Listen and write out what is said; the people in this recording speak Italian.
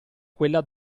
quella